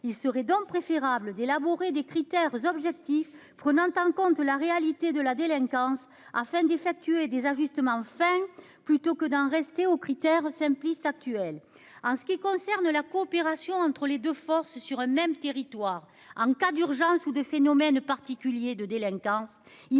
il serait donc préférable d'élaborer des critères objectifs, prenant en compte la réalité de la délinquance, afin d'effectuer des ajustements, enfin plutôt que d'un rester aux critères simpliste en ce qui concerne la coopération entre les 2 forces sur un même territoire en cas d'urgence ou des phénomènes particuliers de délinquance,